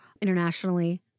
internationally